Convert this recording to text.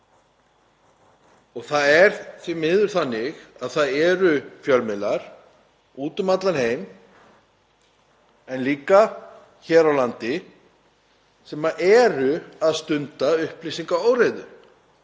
Það er því miður þannig að það eru fjölmiðlar úti um allan heim en líka hér á landi sem stunda upplýsingaóreiðu,